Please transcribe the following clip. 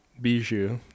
Bijou